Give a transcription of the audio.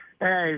Hey